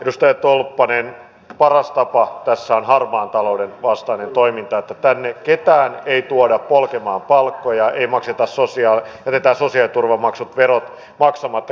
edustaja tolppanen paras tapa tässä on harmaan talouden vastainen toiminta että tänne ketään ei tuoda polkemaan palkkoja jätetä sosiaaliturvamaksuja ja veroja maksamatta